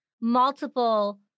multiple